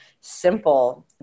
simple